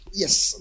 yes